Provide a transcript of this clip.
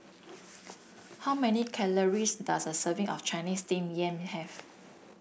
how many calories does a serving of Chinese steam yam have